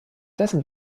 dessen